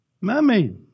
mummy